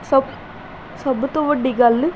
ਸਭ ਸਭ ਤੋਂ ਵੱਡੀ ਗੱਲ